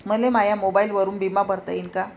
मले माया मोबाईलवरून बिमा भरता येईन का?